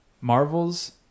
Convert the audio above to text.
Marvel's